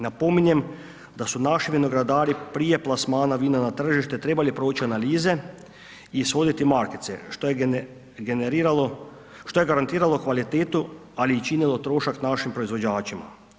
Napominjem da su naši vinogradari prije plasmana vina na tržište, trebali proći analize i ishoditi markice, što je generiralo, što je garantiralo kvalitetu ali i činilo trošak našim proizvođačima.